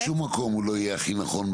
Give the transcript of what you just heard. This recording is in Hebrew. אגב, שום מקום לא יהיה הכי נכון בעולם,